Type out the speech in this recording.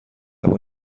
اما